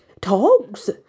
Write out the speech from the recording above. Togs